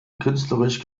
künstlerisch